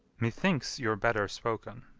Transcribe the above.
methinks you're better spoken.